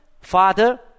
Father